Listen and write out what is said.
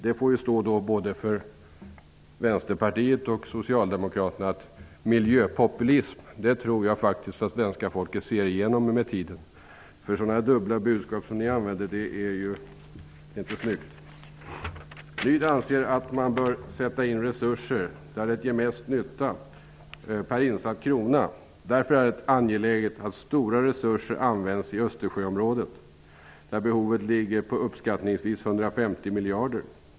Det får stå både för Vänsterpartiet och Socialdemokraterna. Jag tror att svenska folket ser igenom miljöpopulism med tiden. Sådana dubbla budskap som ni använder är inte snyggt. Ny demokrati anser att man bör sätta in resurser där de gör mest nytta per insatt krona. Därför är det angeläget att stora resurser används i Östersjöområdet, där behovet ligger på uppskattningsvis 150 miljarder.